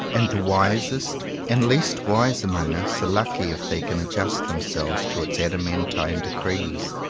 and the wisest and least wise among us are lucky if they can adjust themselves to its adaman tine decrees,